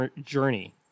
journey